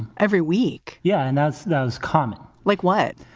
every week. yeah, and that's that's common. like what?